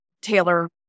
Taylor